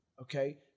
okay